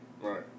Right